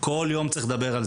איך את קשורה לכדורגל?